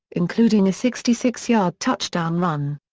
including a sixty six yard touchdown run.